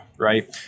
right